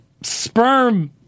sperm